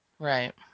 Right